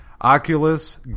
Oculus